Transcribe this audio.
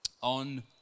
On